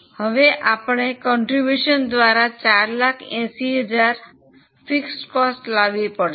હવે આપણે ફાળો દ્વારા 480000 સ્થિર ખર્ચ લાવી પડશે